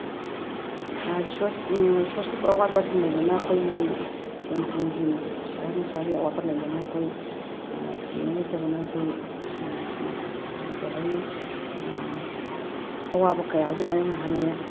resources ꯔꯤꯁꯣꯔꯁꯀꯤ ꯑꯋꯥꯠꯄꯁꯤꯡ ꯂꯩꯕꯅ ꯑꯩꯈꯣꯏ ꯁꯦꯟꯊꯨꯝꯒꯤ ꯄꯩꯁꯥ ꯅꯨꯡꯁꯥꯒꯤ ꯑꯋꯥꯠꯄ ꯂꯩꯕꯅ ꯑꯩꯈꯣꯏ ꯁꯤꯟꯃꯤꯠꯂꯣꯟ ꯂꯩꯇꯕꯅ ꯑꯩꯈꯣꯏ ꯑꯩꯈꯣꯏ ꯀꯩ ꯍꯥꯏꯅꯤ ꯑꯋꯥꯕ ꯀꯌꯥ ꯑꯃꯗꯤ ꯃꯥꯏꯌꯣꯛꯅꯍꯜꯂꯦ